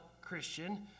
Christian